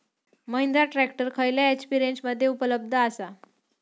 Mahindra tractor खयल्या HP रेंजमध्ये उपलब्ध आसा?